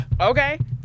Okay